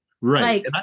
Right